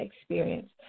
experience